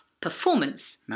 Performance